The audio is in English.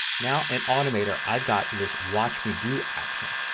now in automator i've got this watch me do action.